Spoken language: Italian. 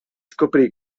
scoprì